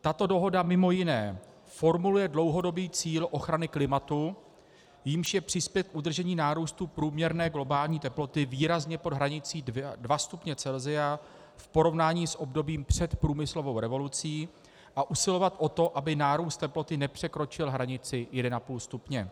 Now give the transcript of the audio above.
Tato dohoda mj. formuluje dlouhodobý cíl ochrany klimatu, jímž je přispět k udržení nárůstu průměrné globální teploty výrazně pod hranicí dva stupně Celsia v porovnání s obdobím před průmyslovou revolucí a usilovat o to, aby nárůst teploty nepřekročil hranici 1,5 stupně.